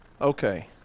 Okay